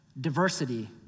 diversity